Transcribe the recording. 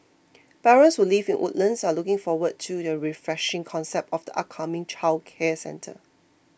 parents who live in Woodlands are looking forward to the refreshing concept of the upcoming childcare centre